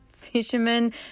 Fishermen